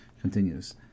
continues